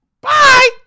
bye